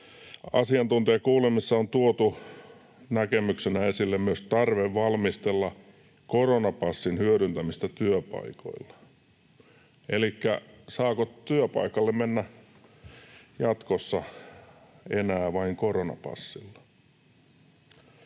”Asiantuntijakuulemisessa on tuotu näkemyksenä esille myös tarve valmistella koronapassin hyödyntämistä työpaikoilla.” Elikkä saako työpaikalle mennä jatkossa enää vain koronapassilla?